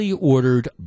ordered